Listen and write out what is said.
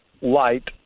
light